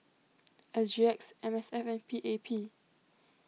S G X M S F and P A P